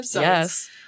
Yes